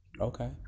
okay